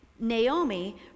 Naomi